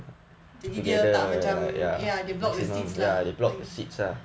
jadi dia tak macam ya they block the seats lah okay